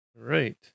Right